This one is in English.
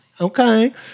okay